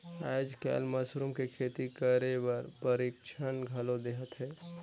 आयज कायल मसरूम के खेती करे बर परिक्छन घलो देहत हे